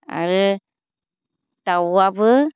आरो दाउआबो